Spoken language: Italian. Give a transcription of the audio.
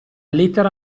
lettera